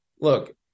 look